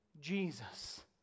Jesus